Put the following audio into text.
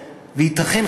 וייתכן,